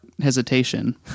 hesitation